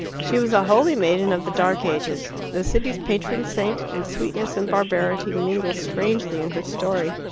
she was a holy maiden of the dark ages, the city's patron saint, and sweetness and barbarity mingle strangely in her story.